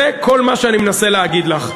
זה כל מה שאני מנסה להגיד לך.